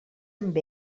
amb